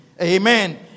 Amen